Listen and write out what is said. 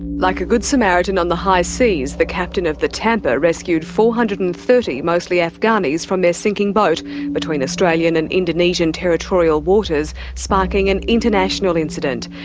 like a good samaritan on the high seas, the captain of the tampa rescued four hundred and thirty mostly afghanis from their sinking boat between australian and indonesian territorial waters, sparking an international incident.